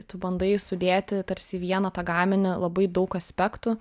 tu bandai sudėti tarsi į vieną tą gaminį labai daug aspektų